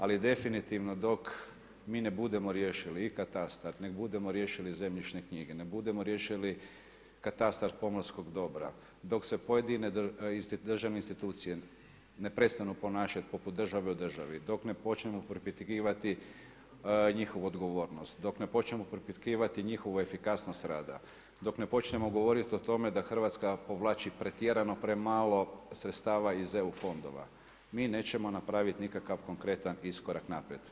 Ali definitivno dok mi ne budemo riješili i katastar, ne budemo riješili zemljišne knjige, ne budemo riješili katastar pomorskog dobra, dok se pojedine državne institucije ne prestanu ponašati poput države u državi, dok ne počnemo propitkivati njihovu odgovornost, dok ne počnemo propitkivati njihovu efikasnost rada, dok ne počnemo govoriti o tome da Hrvatska povlači pretjerano, premalo sredstava iz EU fondova mi nećemo napraviti nikakav konkretan iskorak naprijed.